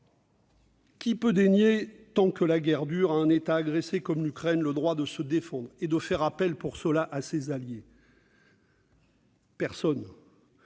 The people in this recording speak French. Qui peut, tant que la guerre dure, dénier à un État agressé comme l'Ukraine le droit de se défendre et de faire appel à ses alliés ? Personne.